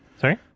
Sorry